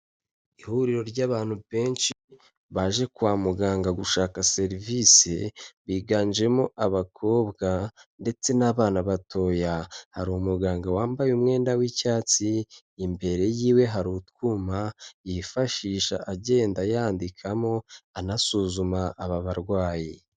Ihuriro ry'abantu benshi baje kwa muganga gushaka serivise, biganjemo abakobwa ndetse n'abana batoya. Hari umuganga wambaye umwenda w'icyatsi, imbere yiwe hari utwuma yifashisha agenda yandikamo anasuzuma aba barwayi.